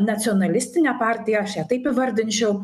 nacionalistinė partija aš ją taip įvardinčiau